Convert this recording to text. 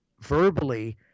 verbally